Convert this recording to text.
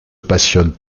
passionnent